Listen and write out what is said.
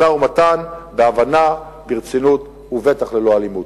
משא-ומתן בהבנה, ברצינות ובטח ללא אלימות.